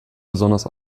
besonders